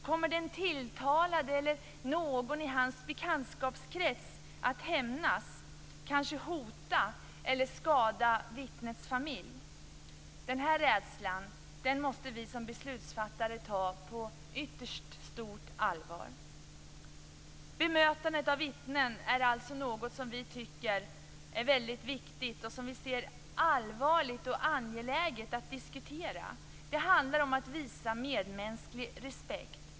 Kommer den tilltalade eller någon i hans bekantskapskrets att hämnas, kanske hota eller skada vittnets familj? Denna rädsla måste vi som beslutsfattare ta på ytterst stort allvar. Bemötandet av vittnen är alltså något som vi kristdemokrater ser som mycket allvarligt och angeläget att diskutera. Det handlar om att visa medmänsklig respekt.